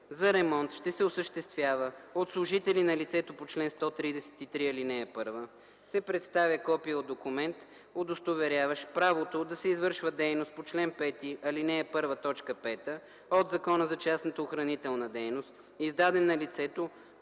за ремонт ще се осъществява от служители на лицето по чл. 133, ал. 1, се представя копие от документ, удостоверяващ правото да се извършва дейност по чл. 5, ал. 1, т. 5 от Закона за частната охранителна дейност, издаден на лицето